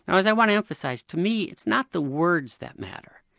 and as i want to emphasise, to me it's not the words that matter,